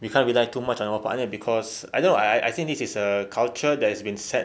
we can't rely too much on our partner cause I don't know I think this is a culture that has been set